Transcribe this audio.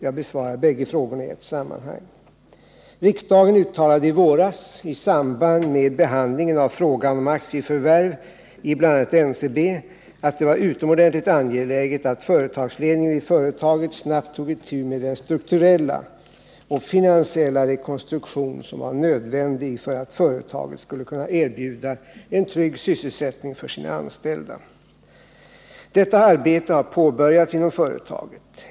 Jag besvarar bägge frågorna i ett sammanhang. Riksdagen uttalade i våras i samband med behandlingen av frågan om aktieförvärv i bl.a. NCB att det var utomordentligt angeläget att företagsledningen vid företaget snabbt tog itu med den strukturella och finansiella rekonstruktion som var nödvändig för att företaget skulle kunna erbjuda en trygg sysselsättning för sina anställda. Detta arbete har påbörjats inom företaget.